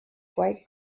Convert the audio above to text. quite